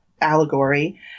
allegory